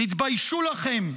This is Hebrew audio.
תתביישו לכם,